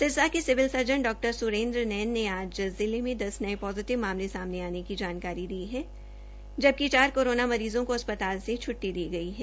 सिरसा से civil surgeon Dr Surendra Nain ने आज जिले में दस नये पोजिटिव मामले सामने आने की जानकारी दी है जबकि चार कोरोना मरीज़ों को अस्पताल से छुटटी दी गई है